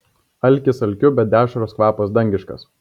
alkis alkiu bet dešros kvapas dangiškas